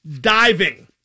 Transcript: diving